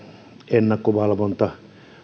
ennakkovalvonta